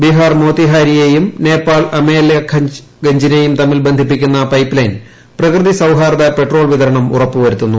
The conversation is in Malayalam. ബീഹാർ മോത്തിഹാരിയെയും നേപ്പാൾ അമലേഖ് ഗഞ്ചിനെയും തമ്മിൽ ബന്ധിപ്പിക്കുന്ന പൈപ്പ് ലൈൻ പ്രകൃതി സൌ്ദ്യഹാർദ്ദ പെട്രോൾ വിതരണം ഉറപ്പുവരുത്തുന്നു